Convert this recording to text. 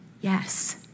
Yes